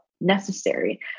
necessary